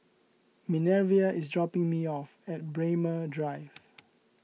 Minervia is dropping me off at Braemar Drive